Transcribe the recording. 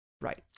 right